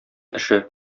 эше